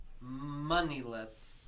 moneyless